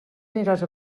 aniràs